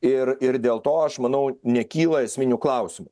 ir ir dėl to aš manau nekyla esminių klausimų